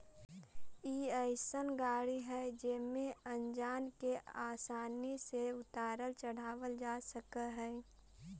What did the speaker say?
ई अइसन गाड़ी हई जेमे अनाज के आसानी से उतारल चढ़ावल जा सकऽ हई